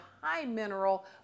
high-mineral